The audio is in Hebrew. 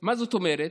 מה זאת אומרת?